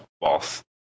boss